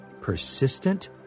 persistent